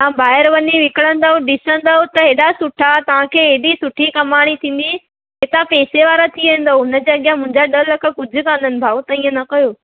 तव्हां ॿाहिरि वञी विकिणंदव ॾिसंदव त हेॾा सुठा तव्हां एॾी सुठी कमाणी थींदी की तव्हां पैसे वारा थी वेंदव उनजे अॻियां मुंहिंजा ॾह लख कुझु कान्हनि भाऊ त इअं न कयो